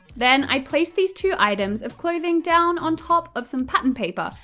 then, i placed these two items of clothing down on top of some pattern paper,